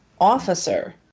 officer